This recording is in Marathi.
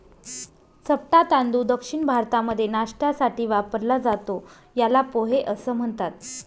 चपटा तांदूळ दक्षिण भारतामध्ये नाष्ट्यासाठी वापरला जातो, याला पोहे असं म्हणतात